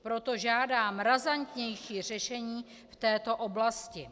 Proto žádám razantnější řešení v této oblasti.